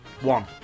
One